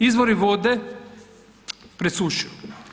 Izvori vode, presušilo.